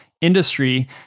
industry